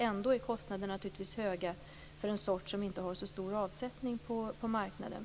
Ändå är kostnaderna naturligtvis höga för en sort som inte har så stor avsättning på marknaden.